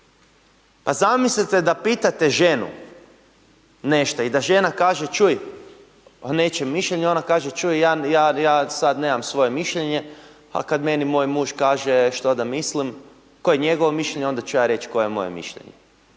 Pa zamislite da pitate ženu nešto i da žena kaže čuj o nečijem mišljenju i ona kaže čuj ja, ja sad nemam svoje mišljenje a kad meni moj muž kaže što da mislim, koje je njegovo mišljenje, onda ću ja reć koje je moje mišljenje.